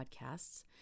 podcasts